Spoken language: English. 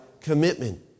commitment